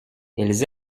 elles